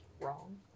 Wrong